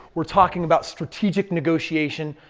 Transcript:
we're talking about strategic negotiation.